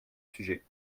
sujet